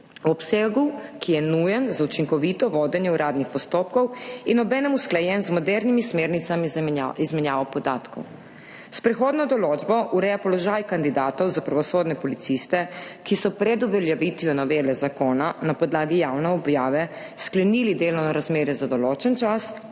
obsegu, ki je nujen za učinkovito vodenje uradnih postopkov in obenem usklajen z modernimi smernicami za izmenjavo podatkov. S prehodno določbo ureja položaj kandidatov za pravosodne policiste, ki so pred uveljavitvijo novele zakona na podlagi javne objave sklenili delovno razmerje za določen čas